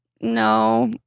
no